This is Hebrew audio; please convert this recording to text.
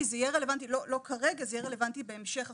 כי זה יהיה רלוונטי לא כרגע בהמשך החוק,